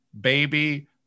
baby